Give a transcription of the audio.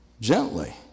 Gently